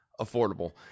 affordable